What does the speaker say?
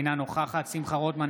אינה נוכחת שמחה רוטמן,